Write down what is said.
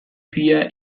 fia